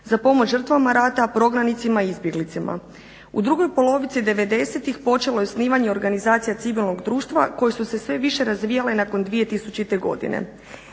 za pomoć žrtvama rata, prognanicima i izbjeglicama. U drugoj polovici devedesetih počelo je osnivanje i organizacija civilnog društva koje su se sve više razvijale nakon 2000. godine.